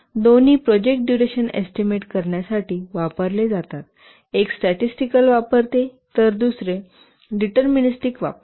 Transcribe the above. दोन्ही project duration estimate करण्यासाठी वापरले जातात एक स्टॅटिस्टिकल वापरते तर दुसरे डिटरमिनिस्टिक वापरते